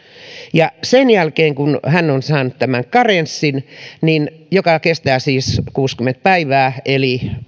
ja sen jälkeen kun hän on saanut tämän karenssin joka kestää siis kuusikymmentä päivää eli